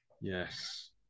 Yes